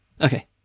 Okay